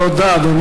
תודה, אדוני.